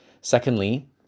Secondly